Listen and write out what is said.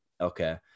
Okay